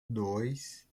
dois